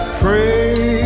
pray